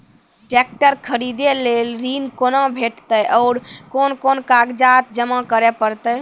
Tractor खरीदै लेल ऋण कुना भेंटते और कुन कुन कागजात जमा करै परतै?